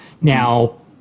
Now